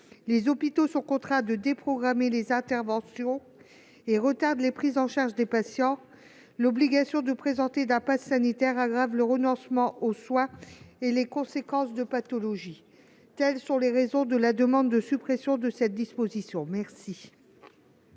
les hôpitaux sont contraints de déprogrammer les interventions et retardent les prises en charge des patients, l'obligation de présenter un passe sanitaire aggrave le phénomène de renoncement aux soins et les conséquences des pathologies. C'est pourquoi nous demandons la suppression de cette disposition.